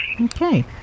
Okay